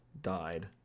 died